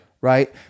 right